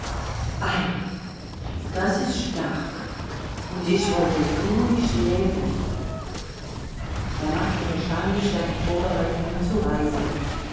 das ist stark und ich wollte ruhig leben er machte mechanisch seine vorbereitungen zur reise